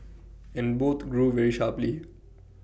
and both grew very sharply